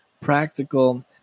practical